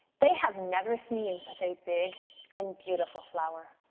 they have never seen such a big and beautiful flower.